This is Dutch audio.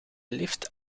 lift